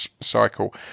cycle